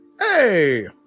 Hey